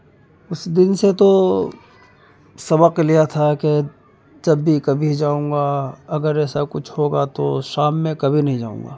اس دن سے تو سبق لیا تھا کہ جب بھی کبھی جاؤں گا اگر ایسا کچھ ہوگا تو شام میں کبھی نہیں جاؤں گا